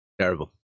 terrible